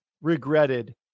regretted